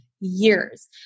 years